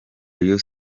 rayon